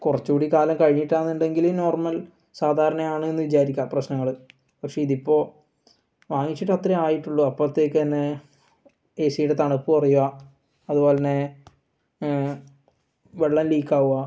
കുറച്ചുകൂടി കാലം കഴിഞ്ഞിട്ടാന്നുണ്ടെങ്കിൽ നോർമൽ സാധാരണയാണ് എന്നു വിചാരിക്കാം പ്രശ്നങ്ങൾ പക്ഷേ ഇതിപ്പോൾ വാങ്ങിച്ചിട്ട് അത്രെ ആയിട്ടുള്ളൂ അപ്പോഴ്ത്തേക്ക് തന്നെ എ സീടെ തണുപ്പ് കുറയുക അതുപോലെ തന്നെ വെള്ളം ലീക്കാവുക